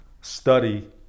study